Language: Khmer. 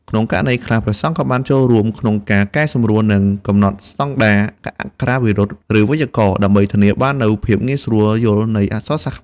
ក្នុងករណីខ្លះ ព្រះសង្ឃក៏បានចូលរួមក្នុងការកែសម្រួល និងកំណត់ស្តង់ដារអក្ខរាវិរុទ្ធ ឬវេយ្យាករណ៍ ដើម្បីធានាបាននូវភាពងាយស្រួលយល់នៃអក្សរសាស្ត្រ។